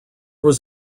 was